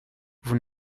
vous